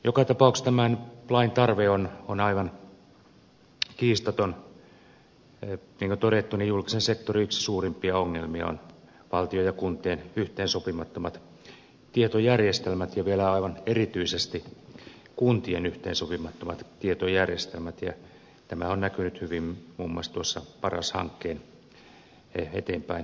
joka tapauksessa tämän lain tarve on aivan kiistaton ja niin kuin on todettu julkisen sektorin yksi suurimpia ongelmia on valtion ja kuntien yhteen sopimattomat tietojärjestelmät ja vielä aivan erityisesti kuntien yhteen sopimattomat tietojärjestelmät ja tämä on näkynyt hyvin muun muassa tuossa paras hankkeen eteenpäin viemisessä